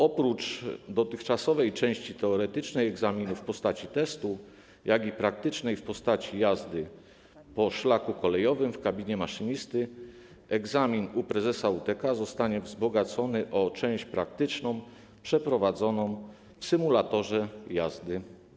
Oprócz dotychczasowej części teoretycznej egzaminu w postaci testu, jak i praktycznej w postaci jazdy po szlaku kolejowym w kabinie maszynisty, egzamin u prezesa UTK zostanie wzbogacony o część praktyczną przeprowadzoną w symulatorze jazdy.